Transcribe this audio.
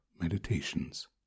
Meditations